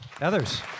Others